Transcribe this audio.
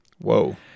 Whoa